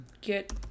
Get